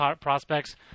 prospects